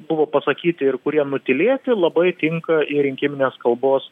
buvo pasakyti ir kurie nutylėti labai tinka į rinkiminės kalbos